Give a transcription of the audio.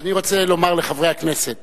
אני רוצה לומר לחברי הכנסת